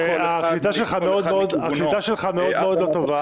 הקליטה שלך מאוד מאוד לא טובה.